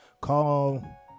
call